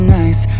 nice